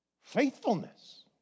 faithfulness